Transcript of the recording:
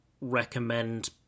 recommend